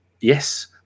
Yes